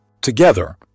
Together